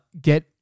get